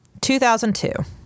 2002